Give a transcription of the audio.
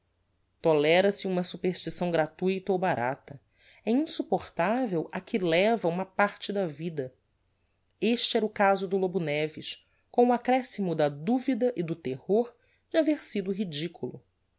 provincia tolera se uma superstição gratuita ou barata é insupportavel a que leva uma parte da vida este era o caso do lobo neves com o accrescimo da duvida e do terror de haver sido ridiculo